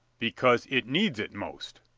because it needs it most.